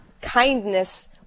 kindness